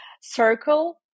circle